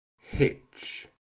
Hitch